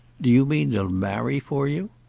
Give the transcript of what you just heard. do you mean they'll marry for you?